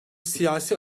siyasi